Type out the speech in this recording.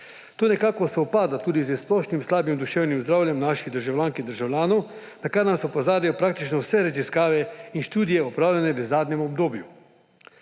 To nekako sovpada tudi s splošnim slabim duševnim zdravjem naših državljank in državljanov, na kar nas opozarjajo praktično vse raziskave in študije, opravljene v zadnjem obdobju.